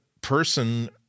person